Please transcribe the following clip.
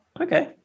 Okay